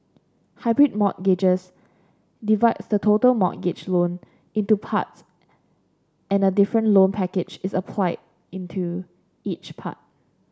hybrid mortgages divides the total mortgage loan into parts and a different loan package is applied into each part